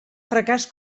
fracàs